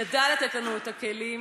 ידע לתת לנו את הכלים.